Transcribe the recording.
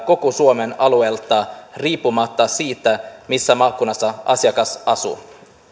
koko suomen alueelta riippumatta siitä missä maakunnassa asiakas asuu